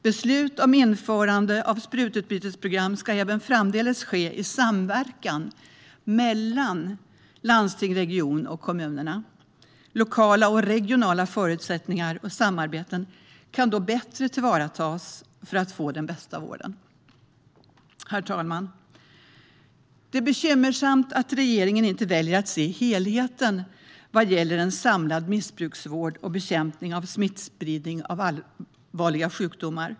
Beslut om införande av sprututbytesprogram ska även framdeles fattas i samverkan mellan landsting/region och kommunerna. Lokala och regionala förutsättningar och samarbeten kan då bättre tillvaratas för att få den bästa vården. Herr talman! Det är bekymmersamt att regeringen väljer att inte se helheten vad gäller en samlad missbruksvård och bekämpning av smittspridning av allvarliga sjukdomar.